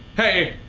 hey!